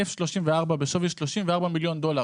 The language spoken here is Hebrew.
אף-35 בשווי 34 מיליון דולר